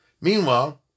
Meanwhile